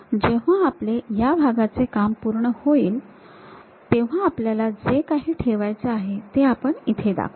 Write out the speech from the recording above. जेव्हा आपले ह्या भागाचे काम पूर्ण होईल तेव्हा आपल्याला जे काही ठेवायचे आहे ते आपण इथे दाखवू